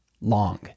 long